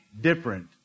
different